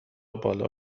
بالا